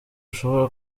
ushobora